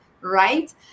Right